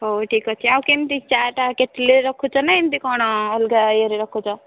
ହଉ ଠିକ ଅଛି ଆଉ କେମିତି ଚା ଟା କେଟଲୀରେ ରଖୁଛ ନା କେମିତି କ'ଣ ଅଲଗା ୟେରେ ରଖୁଛ